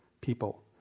people